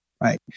right